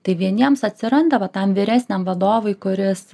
tai vieniems atsiranda va tam vyresniam vadovui kuris